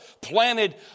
planted